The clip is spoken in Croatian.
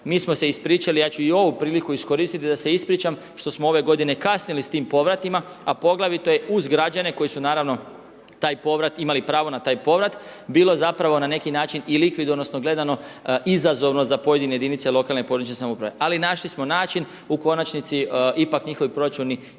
Mi smo se ispričali, ja ću i ovu priliku iskoristiti da se ispričam što smo ove godine kasnili sa tim povratima, a poglavito je uz građane koji su naravno taj povrat, imali pravo na taj povrat bilo zapravo na neki način i likvidno, odnosno gledano izazovno za pojedine jedinice lokalne i područne samouprave. Ali našli smo način u konačnici ipak njihovi proračuni